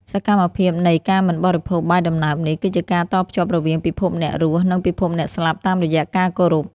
សកម្មភាពនៃការមិនបរិភោគបាយដំណើបនេះ គឺជាការតភ្ជាប់រវាងពិភពអ្នករស់ និងពិភពអ្នកស្លាប់តាមរយៈការគោរព។